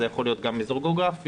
זה יכול להיות גם אזור גיאוגרפי,